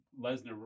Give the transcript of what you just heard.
Lesnar